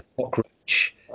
cockroach